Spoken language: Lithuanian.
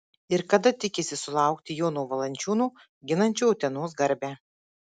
ir kada tikisi sulaukti jono valančiūno ginančio utenos garbę